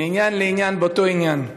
מעניין לעניין באותו עניין.